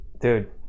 dude